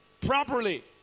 properly